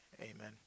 amen